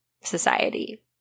society